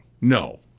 No